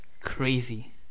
crazy